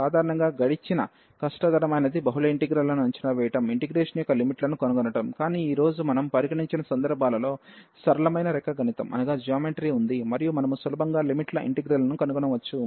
సాధారణంగా గడిచిన కష్టతరమైనది బహుళ ఇంటిగ్రల్ లను అంచనా వేయడం ఇంటిగ్రేషన్ యొక్క లిమిట్ లను కనుగొనడం కానీ ఈ రోజు మనం పరిగణించిన సందర్భాలలో సరళమైన రేఖాగణితం ఉంది మరియు మనము సులభంగా లిమిట్ ల ఇంటిగ్రల్ ను కనుగొనవచ్చు